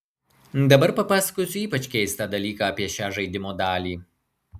dabar papasakosiu ypač keistą dalyką apie šią žaidimo dalį